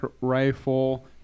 Rifle